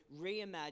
reimagine